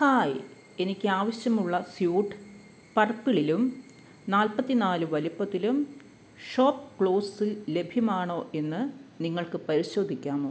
hi എനിക്ക് ആവശ്യമുള്ള suit പർപ്പിളിലും നാൽപ്പത്തി നാലു വലുപ്പത്തിലും ഷോപ്പ് ക്ലൂസിൽ ലഭ്യമാണോ എന്ന് നിങ്ങൾക്ക് പരിശോധിക്കാമോ